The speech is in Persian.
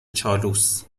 چالوس